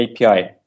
API